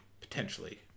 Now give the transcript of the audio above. potentially